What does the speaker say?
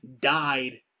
died